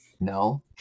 No